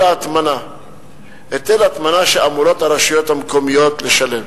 ההטמנה שהרשויות המקומיות אמורות לשלם